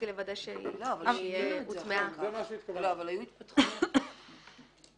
ביקשתי שתקראו את ההגדרה ותאמרו לי אם יש לכם בעיה עם זה.